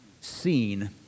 seen